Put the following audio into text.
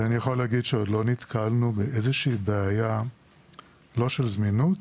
ואני יכול להגיד שעוד לא נתקלנו באיזושהי בעיה לא של זמינות